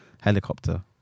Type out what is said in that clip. helicopter